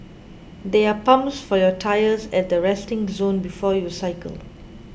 there are pumps for your tyres at the resting zone before you cycle